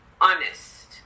honest